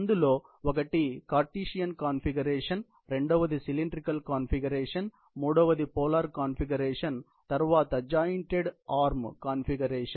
అందులో ఒకటి Cartesian configuration రెండవది సిలిండ్రికల్ కాన్ఫిగరేషన్ మూడవది పోలార్ కాన్ఫిగరేషన్ తరువాత జాయింట్డ్ ఆర్మ్ కాన్ఫిగరేషన్